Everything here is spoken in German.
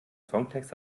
songtext